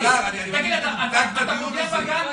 אתה פוגע בגן.